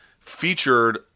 featured